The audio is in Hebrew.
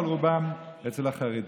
אבל רובה אצל החרדים.